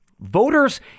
Voters